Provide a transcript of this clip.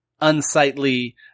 unsightly